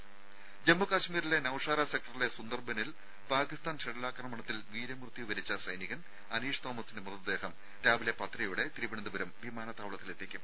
രുഭ ജമ്മു കശ്മീരിലെ നൌഷാര സെക്ടറിലെ സുന്ദർബനിൽ പാക്കിസ്ഥാൻ ഷെല്ലാക്രമണത്തിൽ വീരമൃത്യു വരിച്ച സൈനികൻ അനീഷ് തോമസിന്റെ മൃതദേഹം രാവിലെ പത്തരയോടെ തിരുവനന്തപുരം വിമാനത്താവളത്തിലെത്തിക്കും